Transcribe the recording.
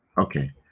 okay